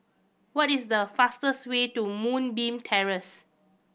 what is the fastest way to Moonbeam Terrace